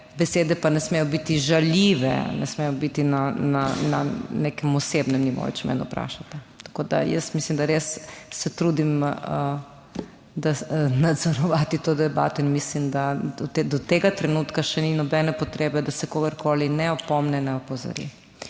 besede pa ne smejo biti žaljive, ne smejo biti na nekem osebnem nivoju, če mene vprašate. Tako da, jaz mislim, da res se trudim nadzorovati to debato in mislim, da do tega trenutka še ni nobene potrebe, da se kogarkoli ne opomni, ne opozori.